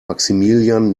maximilian